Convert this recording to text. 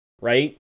right